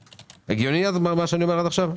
הגיוני מה שאני אומר עד עכשיו?